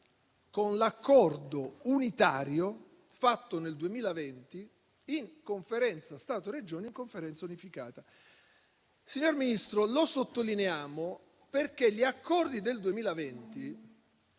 con l'accordo unitario fatto nel 2020 in Conferenza Stato-Regioni e in Conferenza unificata. Signor Ministro, lo sottolineiamo perché gli accordi del 2020,